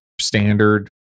standard